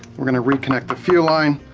we're gonna reconnect the fuel line.